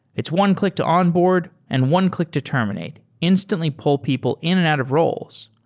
it's one click to onboard and one click to terminate. instantly pull people in and out of roles.